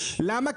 למה?